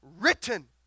written